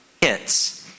hits